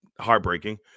heartbreaking